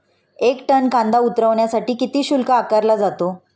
एक टन कांदा उतरवण्यासाठी किती शुल्क आकारला जातो?